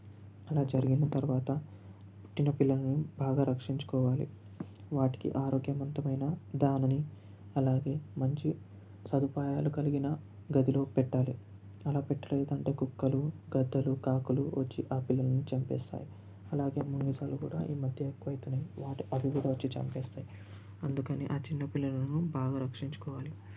అలా జరిగిన తరువాత పుట్టిన పిల్లలని బాగా రక్షించుకోవాలి వాటికి ఆరోగ్యవంతమైన దానిని అలాగే మంచి సదుపాయాలు కలిగిన గదిలో పెట్టాలి అలాపెట్టలేదంటే కుక్కలు గద్దలు కాకులు వచ్చి ఆ పిల్లలని చంపేస్తాయి అలాగే ముంగిసలు కూడా ఈ మధ్య ఎక్కవ అవుతున్నాయి వాటి అవి కూడా వచ్చి చంపేస్తాయి అందకని ఆ చిన్న పిల్లలను బాగా రక్షించుకోవాలి